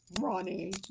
Ronnie